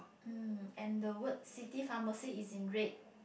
um and the word city pharmacy is in red